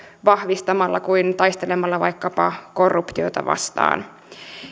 vahvistamalla kuin taistelemalla vaikkapa korruptiota vastaan